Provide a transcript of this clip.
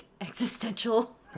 existential